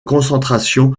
concentration